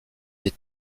des